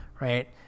Right